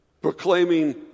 proclaiming